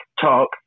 talk